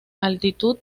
altitud